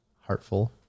Heartful